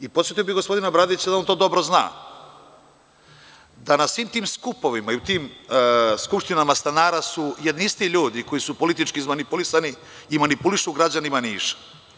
Podsetio bih gospodina Bradića da on dobro zna da su na svim tim skupovima i u tim skupštinama stanara jedni isti ljudi koji su politički izmanipulisani i manipulišu građanima Niša.